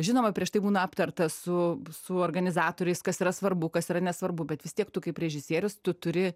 žinoma prieš tai būna aptarta su su organizatoriais kas yra svarbu kas yra nesvarbu bet vis tiek tu kaip režisierius tu turi